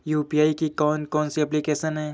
UPI की कौन कौन सी एप्लिकेशन हैं?